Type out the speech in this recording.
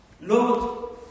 Lord